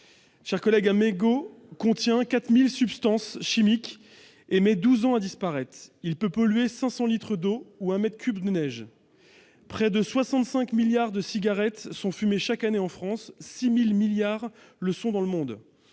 vingt cigarettes. Un mégot contient 4 000 substances chimiques et met douze ans à disparaître. Il peut polluer 500 litres d'eau ou un mètre cube de neige. Près de 65 milliards de cigarettes sont fumées chaque année en France, 6 000 milliards le sont dans le monde.